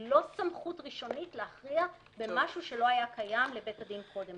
היא לא סמכות ראשונית להכריע במשהו שלא היה קיים לבית הדין קודם.